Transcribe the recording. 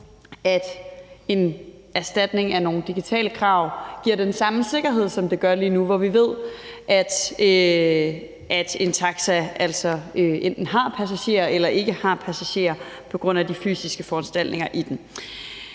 at en erstatning af nogle digitale krav giver den samme sikkerhed, som der er lige nu, hvor vi ved, at en taxa enten har passagerer eller ikke har passagerer, på grund af de fysiske foranstaltninger i den.